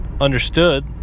understood